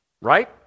right